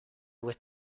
with